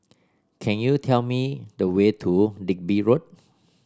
can you tell me the way to Digby Road